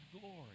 glory